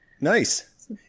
Nice